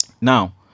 Now